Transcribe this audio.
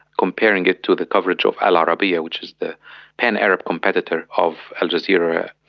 comparing it to the coverage of al arabiya which is the pan-arab competitor of al jazeera,